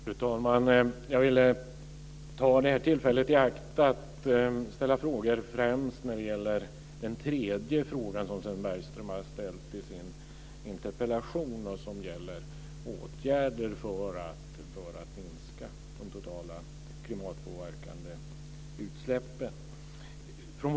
Fru talman! Jag vill ta det här tillfället i akt att ställa frågor främst när det gäller den tredje frågan som Sven Bergström ställde i sin interpellation och som gäller åtgärder för att minska de totala klimatpåverkande utsläppen.